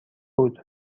بود